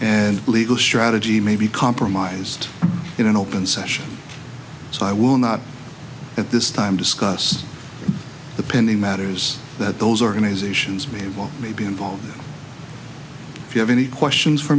and legal strategy may be compromised in an open session so i will not at this time discuss the pending matters that those organizations be able maybe involved if you have any questions for